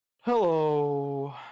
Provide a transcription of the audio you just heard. Hello